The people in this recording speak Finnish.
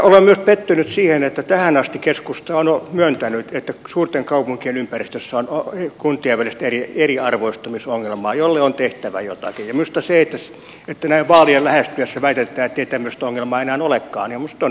olen myös pettynyt siihen että tähän asti keskusta on myöntänyt että suurten kaupunkien ympäristössä on kuntien välistä eriarvoistumisongelmaa jolle on tehtävä jotakin mutta että näin vaalien lähestyessä väitetään ettei tämmöistä ongelmaa enää olekaan minusta on ikävää